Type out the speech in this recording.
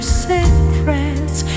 secrets